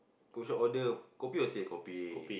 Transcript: coffeeshop order kopi or teh kopi